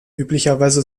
üblicherweise